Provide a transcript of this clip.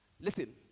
Listen